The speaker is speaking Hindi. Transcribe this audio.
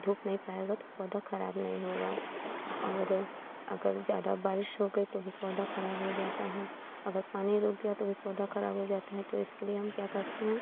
धूप नहीं पाएगा तो पौधा खराब नहीं होगा और अगर ज्यादा बारिश हो गई तो भी पौधा खराब हो जाता है अगर पानी रुक गया तो भी पौधा खराब हो जाता है तो इसके लिए हम क्या करते हैं